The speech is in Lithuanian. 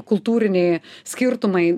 kultūriniai skirtumai